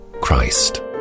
Christ